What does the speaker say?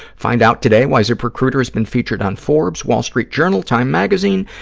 find out today why ziprecruiter has been featured on forbes, wall street journal, time magazine,